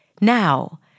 Now